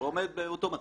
באותו מצב.